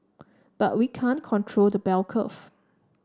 but we can't control the bell curve